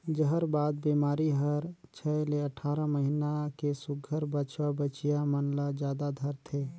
जहरबाद बेमारी हर छै ले अठारह महीना के सुग्घर बछवा बछिया मन ल जादा धरथे